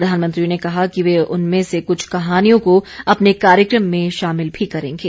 प्रधानमंत्री ने कहा कि वे उनमें से कुछ कहानियों को अपने कार्यक्रम में शामिल भी करेंगे